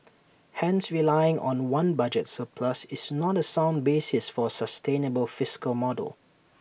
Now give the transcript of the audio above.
hence relying on one budget surplus is not A sound basis for A sustainable fiscal model